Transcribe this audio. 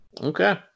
Okay